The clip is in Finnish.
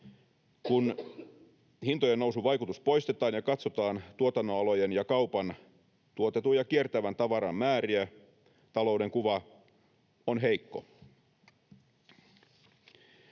Kun hintojen nousun vaikutus poistetaan ja katsotaan tuotannonalojen ja kaupan tuotetun ja kiertävän tavaran määriä, talouden kuva on heikko.